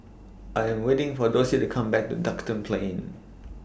I'm waiting For Dossie to Come Back Duxton Plain